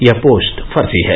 यह पोस्ट फर्जी है